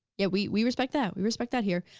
yeah we we respect that, we respect that here.